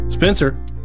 Spencer